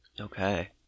Okay